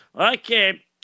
Okay